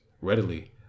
readily